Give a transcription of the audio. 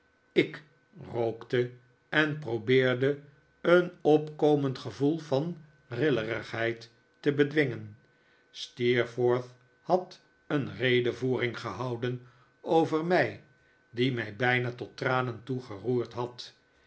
k rookte en probeerde een opkomend gevoel van rillerigheid te bedwingen steerforth had een redevoering gehouden over mij die mij bijna tot tranen toe geroerd had